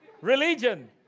Religion